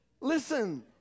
Listen